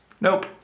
Nope